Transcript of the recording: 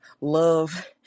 love